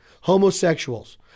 homosexuals